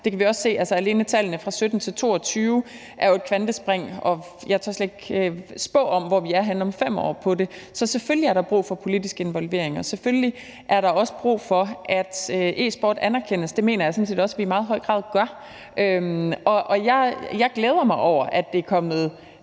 det kan vi også se – alene tallene fra 2017 til 2022 viser jo et kvantespring, og jeg tør slet ikke spå om, hvor vi er henne om 5 år på det her område. Så selvfølgelig er der brug for politisk involvering, og selvfølgelig er der også brug for, at e-sport anerkendes. Det mener jeg sådan set også vi i meget høj grad gør. Og jeg glæder mig over, at det er kommet